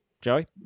Joey